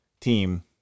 team